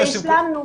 שהשלמנו,